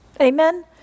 Amen